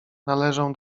należą